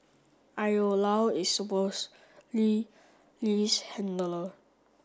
Io Lao is supposedly Lee's handler